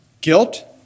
Guilt